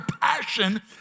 passion